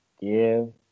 give